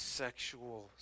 sexual